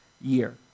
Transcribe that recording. year